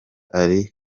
ari